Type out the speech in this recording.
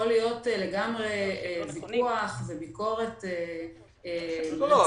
יכול להיות לגמרי ויכוח וביקורת --- לא,